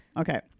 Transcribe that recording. Okay